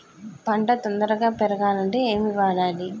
పంట తొందరగా పెరగాలంటే ఏమి వాడాలి?